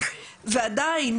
ועדיין